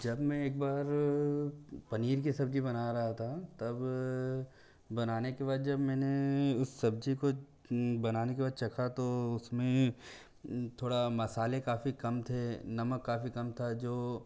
जब मैं एक बार पनीर की सब्ज़ी बना रहा था तब बनाने के बाद जब मैंने उस सब्ज़ी को बनाने के बाद चखा तो उसमें थोड़ा मसाले काफ़ी कम थे नामक काफ़ी कम था जो